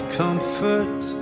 comfort